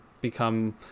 become